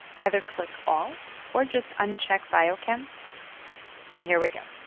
either click all or just uncheck biochem and here we go.